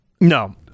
No